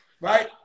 right